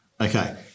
Okay